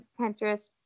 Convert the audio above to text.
Pinterest